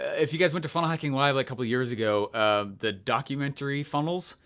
if you guys went to funnel hacking live a couple years ago, um the documentary funnels,